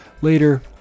later